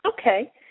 Okay